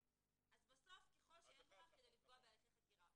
אז בסוף "ככל שאין בכך כדי לפגוע בהליכי חקירה".